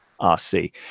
RC